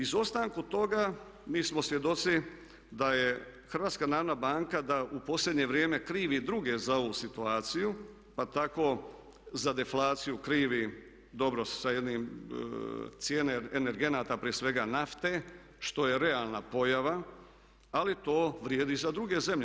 O izostanku toga mi smo svjedoci da je HNB da u posljednje vrijeme krivi druge za ovu situaciju, pa tako za deflaciju krivi, dobro sa jednim cijene energenata prije svega nafte što je realna pojava, ali to vrijedi za druge zemlje.